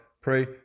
pray